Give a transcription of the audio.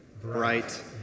bright